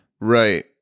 Right